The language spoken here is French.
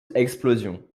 explosion